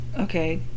Okay